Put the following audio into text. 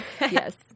yes